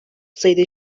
sayıda